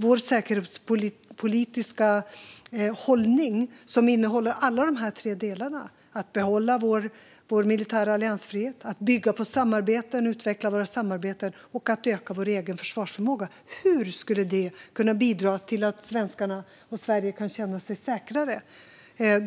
Vår säkerhetspolitiska hållning innehåller alla dessa tre delar: att behålla vår militära alliansfrihet, att bygga vidare på och utveckla våra samarbeten och att öka vår egen försvarsförmåga. Hur skulle en förändring av detta kunna bidra till att Sverige och svenskarna kan känna sig säkrare?